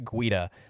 Guida